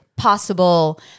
possible